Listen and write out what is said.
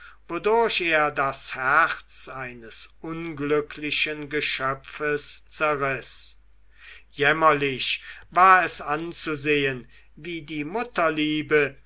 wodurch er das herz eines unglücklichen geschöpfes zerriß jämmerlich war es anzusehen wie die mutterliebe